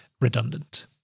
redundant